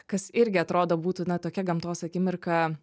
kas irgi atrodo būtų na tokia gamtos akimirka